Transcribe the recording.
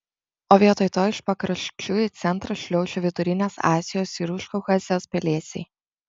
o vietoj to iš pakraščių į centrą šliaužia vidurinės azijos ir užkaukazės pelėsiai